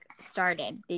started